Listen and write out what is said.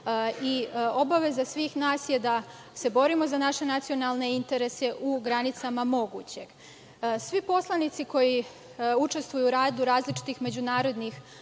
i obaveza svih nas je da se borimo za naše nacionalne interese u granicama mogućeg. Svi poslanici koji učestvuju u radu različitih međunarodnih